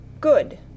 Good